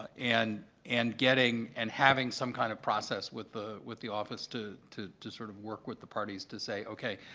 and and getting and having some kind of process with the with the office to to sort of work with the parties to say, ok,